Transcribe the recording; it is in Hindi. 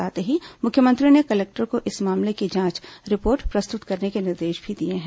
साथ ही मुख्यमंत्री ने कलेक्टर को इस मामले की जांच रिपोर्ट प्रस्तुत करने के निर्देश भी दिए हैं